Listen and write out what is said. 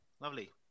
lovely